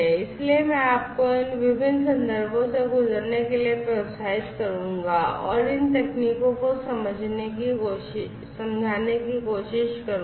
इसलिए मैं आपको इन विभिन्न संदर्भों से गुजरने के लिए प्रोत्साहित करूँगा और इन तकनीकों को समझने की कोशिश करूँगा